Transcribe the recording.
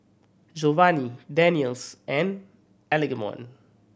Jovany Daniele's and Algernon